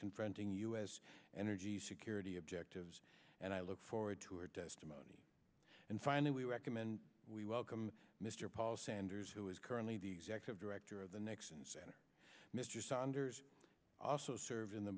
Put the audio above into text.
confronting us energy security objectives and i look forward to her testimony and finally we recommend we welcome mr paul sanders who is currently the executive director of the next and center mr saunders also served in the